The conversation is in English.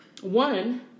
One